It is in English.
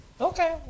Okay